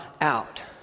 out